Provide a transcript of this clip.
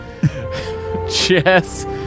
Chess